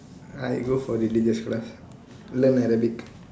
I go for religious class learn arabic